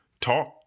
talk